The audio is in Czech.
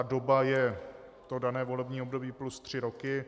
Doba je dané volební období plus tři roky.